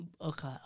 Okay